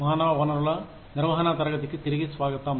మానవ వనరుల నిర్వహణ తరగతికి తిరిగి స్వాగతం